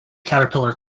caterpillar